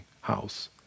house